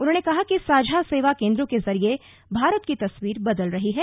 उन्होंने कहा कि साझा सेवा केन्द्रों के जरिये भारत की तस्वीर बदल रही है